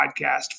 podcast